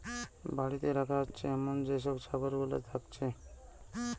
বাড়িতে রাখা হতিছে এমন যেই সব ছাগল গুলা থাকতিছে